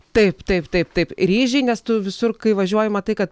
taip taip taip taip ryžiai nes tu visur kai važiuoji matai kad